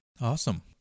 Awesome